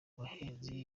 umuhinzi